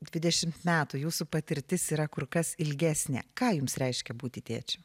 dvidešimt metų jūsų patirtis yra kur kas ilgesnė ką jums reiškia būti tėčiu